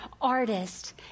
artist